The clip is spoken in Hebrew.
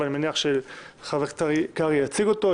ואני מניח שחבר הכנסת קרעי יציג אותו.